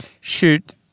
Shoot